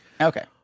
Okay